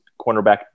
cornerback